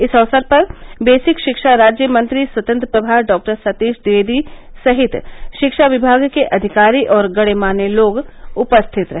इस अवसर पर बेसिक शिक्षा राज्य मंत्री स्वतंत्र प्रमार डॉक्टर सतीश द्विवेदी सहित शिक्षा विभाग के अधिकारी और गणमान्य लोग उपस्थित रहे